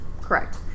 Correct